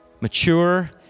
Mature